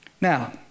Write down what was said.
Now